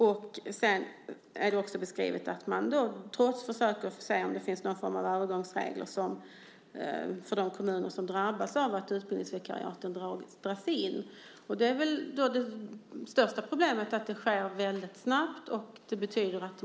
Man ska också se om det kan finnas någon form av övergångsregler för de kommuner som drabbas av att utbildningsvikariaten dras in. Det största problemet är väl att detta sker väldigt snabbt.